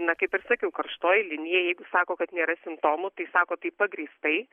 na kaip ir sakiau karštoji linijai sako kad nėra simptomų tai sako tai pagrįstai